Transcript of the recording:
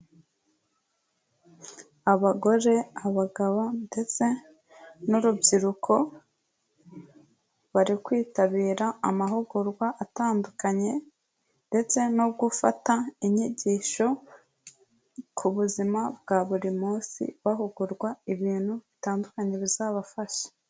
Abagore, abagabo ndetse n'urubyiruko bari kwitabira amahugurwa atandukanye ndetse no gufata inyigisho ku buzima bwa buri munsi, bahugurwa ibintu bitandukanye bizabafasha.